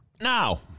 now